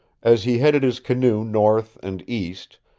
as he headed his canoe north and east,